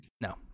No